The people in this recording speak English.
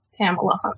Tamala